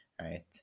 Right